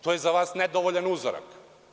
To je za vas nedovoljan uzorak.